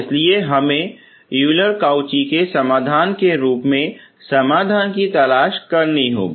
इसलिए हमें Euler Cauchy के समाधान के रूप में समाधान की तलाश करनी होगी